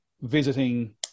visiting